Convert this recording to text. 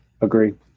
Agree